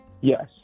yes